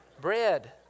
bread